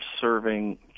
serving